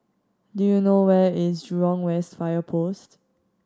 do you know where is Jurong West Fire Post